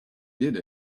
did